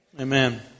Amen